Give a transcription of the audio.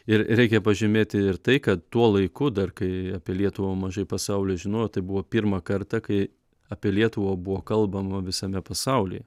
ir reikia pažymėti ir tai kad tuo laiku dar kai apie lietuvą mažai pasaulio žinojo buvo pirmą kartą kai apie lietuvą buvo kalbama visame pasaulyje